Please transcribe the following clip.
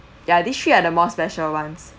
ya these three are the more special ones